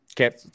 Okay